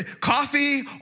coffee